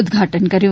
ઉદઘાટન કર્યું